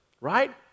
right